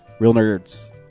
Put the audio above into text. realnerds